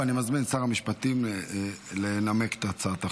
ואני מזמין את שר המשפטים לנמק את הצעת החוק.